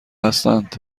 هستند